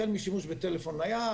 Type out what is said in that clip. החל משימוש בטלפון נייד,